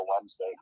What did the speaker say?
wednesday